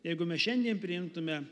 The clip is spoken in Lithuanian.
jeigu mes šiandien priimtume